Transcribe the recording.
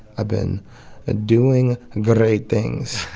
i've been ah doing and great things